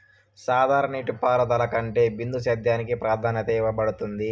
సాధారణ నీటిపారుదల కంటే బిందు సేద్యానికి ప్రాధాన్యత ఇవ్వబడుతుంది